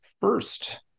first